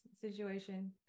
situation